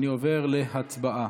אני עובר להצבעה.